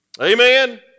Amen